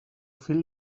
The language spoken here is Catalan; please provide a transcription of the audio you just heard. fill